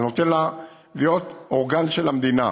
זה נותן לה להיות אורגן של המדינה.